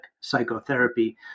Psychotherapy